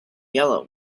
yellow